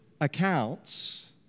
accounts